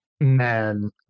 Man